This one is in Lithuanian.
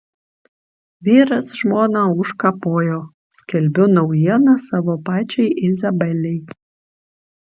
vyras žmoną užkapojo skelbiu naujieną savo pačiai izabelei